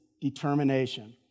determination